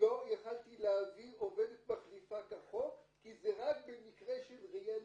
לא יכולתי להביא עובדת מחליפה כחוק כי זה רק במקרה של --- ויזה.